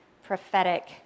prophetic